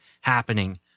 happening